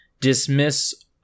dismiss